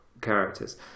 characters